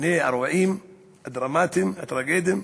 שני האירועים הדרמטיים, הטרגיים?